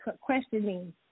questioning